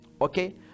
Okay